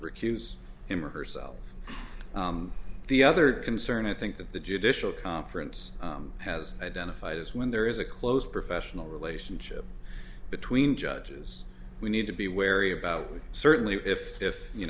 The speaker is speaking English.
recuse him or herself the other concern i think that the judicial conference has identified as when there is a closed professional relationship between judges we need to be wary about certainly if if you